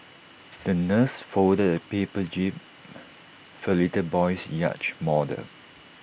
the nurse folded A paper jib for the little boy's yacht model